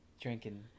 Drinking